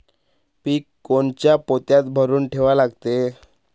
पीक कोनच्या पोत्यात भरून ठेवा लागते?